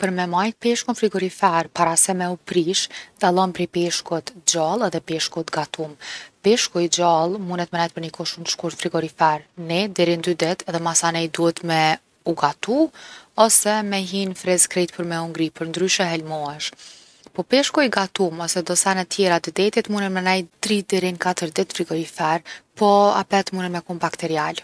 Për me majt peshkun n’frigorifer para se mu prish dallon shumë prej peshkut t’gjalle edhe peshkut t’gatum. Peshku i gjallë munet me nejt për ni kohë shumë t’shkurt n’frigorifer, 1 deri n’2 ditë edhe masanej duhet me u gatu ose me hi n’friz krejt për me u ngri përndryshe helmohesh. Po peshku i gatum ose do sene tjera t’detit munen me nejt 3 deri 4 ditë n’frigorifer po munen me kon prap bakterial.